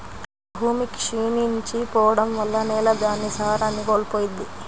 భూమి క్షీణించి పోడం వల్ల నేల దాని సారాన్ని కోల్పోయిద్ది